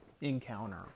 encounter